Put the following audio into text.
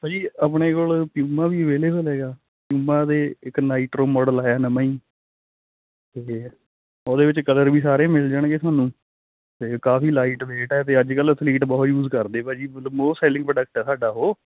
ਭਾਅ ਜੀ ਆਪਣੇ ਕੋਲ ਪਿਉਮਾ ਵੀ ਅਵੇਲੇਬਲ ਹੈਗਾ ਪਿਉਮਾ ਤੇ ਇੱਕ ਨਾਈਟਰੋ ਮਾਡਲ ਆਇਆ ਨਵਾਂ ਹੀ ਉਹਦੇ ਵਿੱਚ ਕਲਰ ਵੀ ਸਾਰੇ ਮਿਲ ਜਾਣਗੇ ਤੁਹਾਨੂੰ ਤੇ ਕਾਫੀ ਲਾਈਟ ਵੇਟ ਹੈ ਤੇ ਅੱਜ ਕੱਲ ਅਥਲੀਟ ਬਹੁਤ ਯੂਜ ਕਰਦੇ ਭਾਅ ਜੀ ਮੋਸਟ ਸੈਲਿੰਗ ਪ੍ਰੋਡਕਟ ਆ ਸਾਡਾ ਉਹ